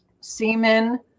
semen